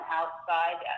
outside